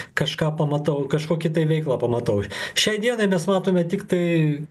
kažką pamatau kažkokį tai veiklą pamatau šiai dienai mes matome tiktai